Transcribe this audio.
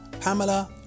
Pamela